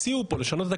הציעו פה לשנות,